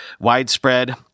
widespread